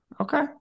Okay